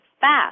fast